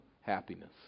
happiness